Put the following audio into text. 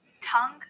tongue